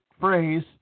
phrase